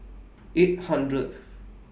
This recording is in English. eight hundredth